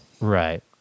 Right